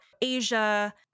Asia